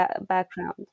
background